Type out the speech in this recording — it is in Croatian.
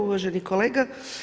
Uvaženi kolega.